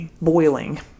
boiling